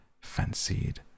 fancied